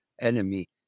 enemy